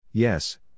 Yes